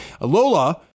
Lola